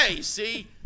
See